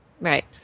Right